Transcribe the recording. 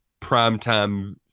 primetime